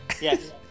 Yes